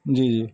جی جی